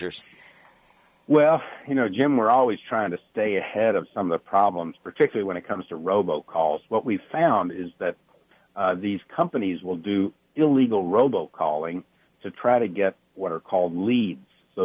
so well you know jim we're always trying to stay ahead of some of the problems particularly when it comes to robo calls what we found is that these companies will do illegal robo calling to try to get what are called leads so